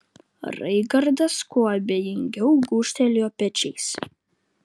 raigardas kuo abejingiau gūžtelėjo pečiais